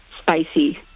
spicy